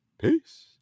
Peace